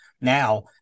now